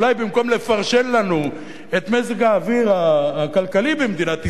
אולי במקום לפרשן לנו את מזג האוויר הכלכלי במדינת ישראל,